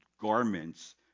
garments